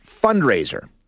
fundraiser